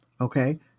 Okay